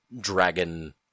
dragon